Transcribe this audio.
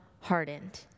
hardened